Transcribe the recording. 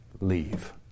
leave